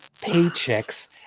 paychecks